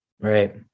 right